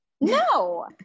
no